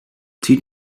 tea